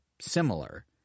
similar